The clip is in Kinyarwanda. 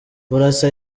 burasa